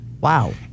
Wow